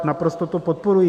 Naprosto to podporuji.